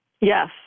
Yes